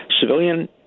civilian